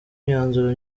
imyanzuro